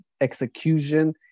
execution